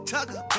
Tugger